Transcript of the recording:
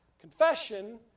Confession